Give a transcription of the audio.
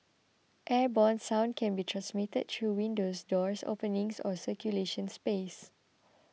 airborne sound can be transmitted through windows doors openings or circulation space